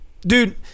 Dude